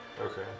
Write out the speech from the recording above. Okay